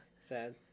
Sad